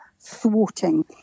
thwarting